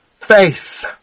faith